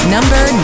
Number